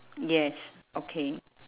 yes okay